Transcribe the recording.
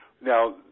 Now